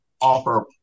offer